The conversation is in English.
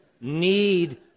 need